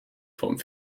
vom